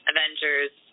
Avengers